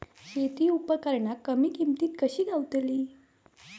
शेती उपकरणा कमी किमतीत कशी गावतली?